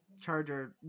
Charger